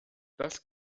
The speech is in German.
das